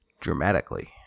dramatically